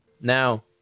Now